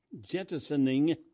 jettisoning